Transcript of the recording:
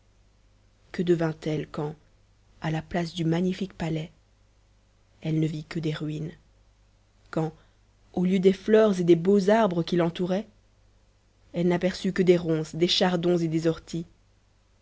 que devint-elle quand à la place du magnifique palais elle ne vit que des ruines quand au lieu des fleurs et des beaux arbres qui l'entouraient elle n'aperçut que des ronces des chardons et des orties